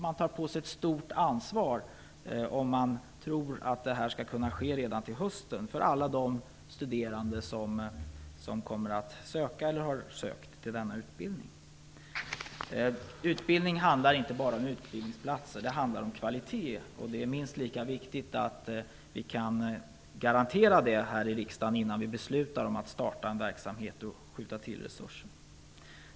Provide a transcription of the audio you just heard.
Man tar på sig ett stort ansvar om man tror att det här skall kunna ske redan till hösten för alla de studerande som kommer att söka eller har sökt till denna utbildning. Utbildning handlar inte bara om utbildningsplatser, utan också om kvalitet. Det är minst lika viktigt att vi kan garantera det i riksdagen innan vi beslutar om att starta en verksamhet och skjuta till resurser.